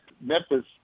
Memphis